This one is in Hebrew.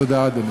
תודה, אדוני.